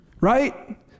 right